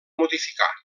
modificar